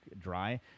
dry